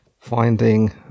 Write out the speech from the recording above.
finding